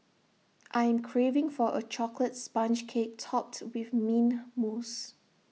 I am craving for A Chocolate Sponge Cake Topped with Mint Mousse